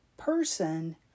person